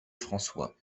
françois